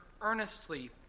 earnestly